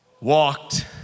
walked